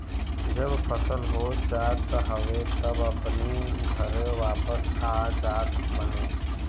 जब फसल हो जात हवे तब अपनी घरे वापस आ जात बाने